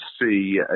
see